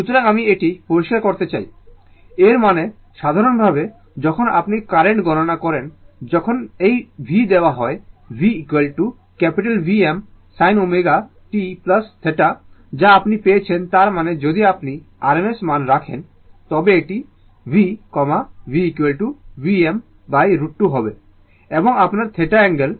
সুতরাং আমি এটি পরিষ্কার করতে চাই এর মানে সাধারণভাবে যখন আপনি কারেন্ট গণনা করেন যখন এই v দেওয়া হয় v Vm sin ω t θ যা আপনি পেয়েছেন তার মানে যদি আপনি rms মান রাখেন তবে এটি v v Vm √ 2 হবে এবং আপনার θ অ্যাঙ্গেল